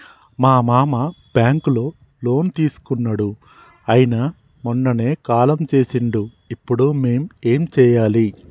మా మామ బ్యాంక్ లో లోన్ తీసుకున్నడు అయిన మొన్ననే కాలం చేసిండు ఇప్పుడు మేం ఏం చేయాలి?